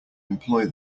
employ